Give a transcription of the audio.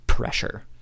pressure